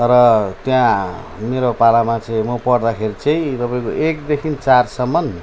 तर त्यहाँ मेरो पालामा चाहिँ म पढ्दाखेरि चाहिँ तपाईँको एकदेखि चारसम्म